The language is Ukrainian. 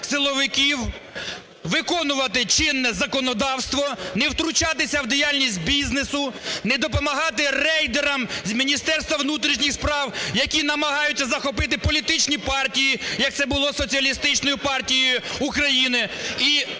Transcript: силовиків виконувати чинне законодавство, не втручатися в діяльність бізнесу, не допомагати рейдерам з Міністерства внутрішніх справ, які намагаються захопити політичні партії, як це було із Соціалістичною партією України.